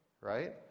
right